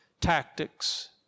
tactics